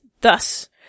thus